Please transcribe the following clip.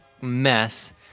mess